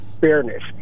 fairness